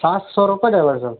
سات سو روپے ڈرائیور صاحب